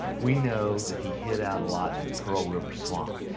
we know that he hid out a lot in the pearl river swamp,